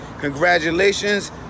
congratulations